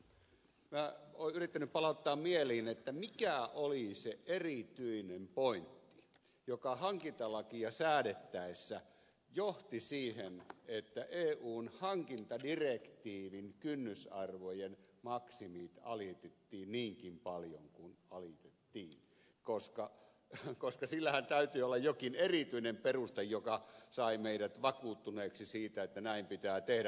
minä olen yrittänyt palauttaa mieliin mikä oli se erityinen pointti joka hankintalakia säädettäessä johti siihen että eun hankintadirektiivin kynnysarvojen maksimit alitettiin niinkin paljon kuin alitettiin koska sillähän täytyy olla jokin erityinen peruste joka sai meidät vakuuttuneiksi siitä että näin pitää tehdä